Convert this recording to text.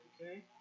okay